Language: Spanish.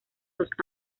los